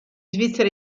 svizzera